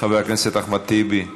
חבר הכנסת אחמד טיבי,